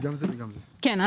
כן.